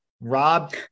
Rob